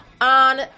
on